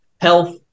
health